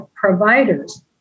providers